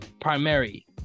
primary